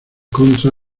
contra